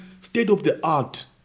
state-of-the-art